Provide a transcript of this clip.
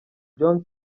john